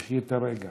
תחיי את הרגע.